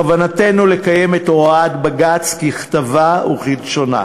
בכוונתנו לקיים את הוראת בג"ץ ככתבה וכלשונה,